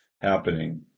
happening